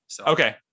Okay